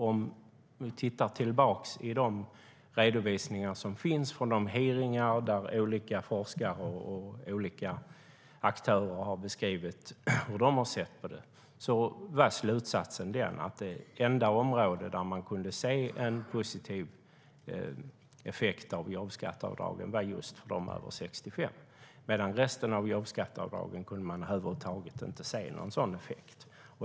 Om vi tittar tillbaka i de redovisningar som finns från de hearingar där olika forskare och olika aktörer har beskrivit hur de har sett på det, ser vi att slutsatsen är att det enda område där man kunde se en positiv effekt av jobbskatteavdragen var just för dem över 65. För resten av jobbskatteavdragen kunde man över huvud inte se någon sådan effekt.